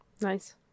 Nice